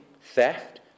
theft